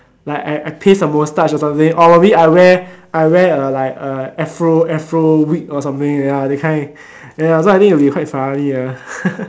like I I paste a moustache or something or maybe I wear I wear a like a afro afro wig or something ya that kind then ya I think it'll be quite funny ah